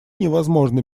невозможны